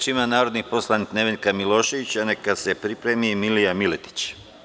Reč ima narodni poslanik Nevenka Milošević, a neka se pripremi Milija Miletić.